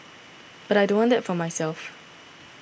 but I don't want that for myself